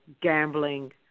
gambling